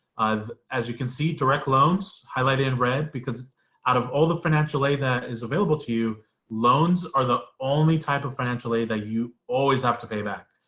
as you can see direct loans highlighted in red because out of all the financial aid that is available to you loans are the only type of financial aid that you always have to pay back.